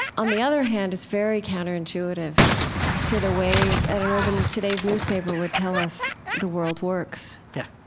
on the other hand, is very counterintuitive to the way i don't know than today's newspaper would tell us the world works yeah.